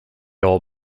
all